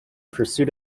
pursuit